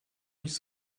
nicht